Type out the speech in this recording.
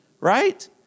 right